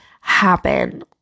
happen